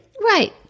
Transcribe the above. Right